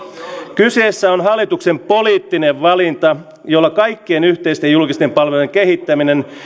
kyseessä on hallituksen poliittinen valinta jolla kaikkien yhteisten julkisten palvelujen kehittäminen